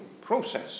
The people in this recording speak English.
process